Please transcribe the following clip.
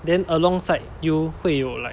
then alongside you 会有 like